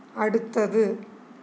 അടുത്തത്